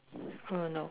uh no